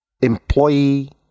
employee